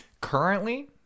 Currently